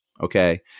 okay